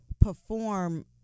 perform